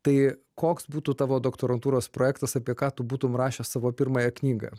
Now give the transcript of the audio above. tai koks būtų tavo doktorantūros projektas apie ką tu būtum rašęs savo pirmąją knygą